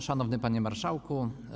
Szanowny Panie Marszałku!